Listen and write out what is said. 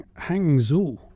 Hangzhou